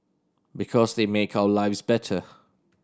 because they make our lives better